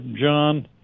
John